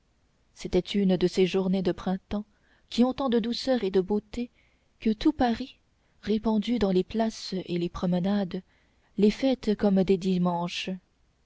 c'était une de ces journées de printemps qui ont tant de douceur et de beauté que tout paris répandu dans les places et les promenades les fête comme des dimanches